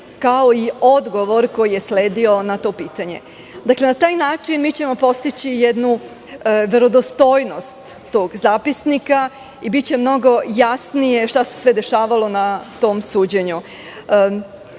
kao i odgovor koji je sledio na to pitanje. Na taj način mi ćemo postići jednu verodostojnost tog zapisnika i biće mnogo jasnije šta se sve dešavalo na tom suđenju. Ukoliko